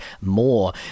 more